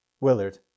Willard